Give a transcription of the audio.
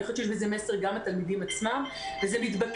אני חושבת שיש בזה מסר גם לתלמידים וזה מתבקש,